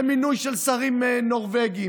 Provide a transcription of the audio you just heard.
במינוי של שרים נורבגים,